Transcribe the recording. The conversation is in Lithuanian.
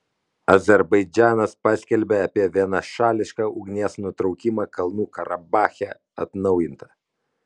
azerbaidžanas paskelbė apie vienašališką ugnies nutraukimą kalnų karabache atnaujinta